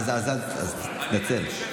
אז תתנצל.